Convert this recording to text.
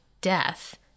death